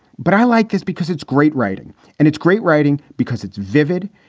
but i like it because it's great writing and it's great writing because it's vivid.